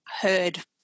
heard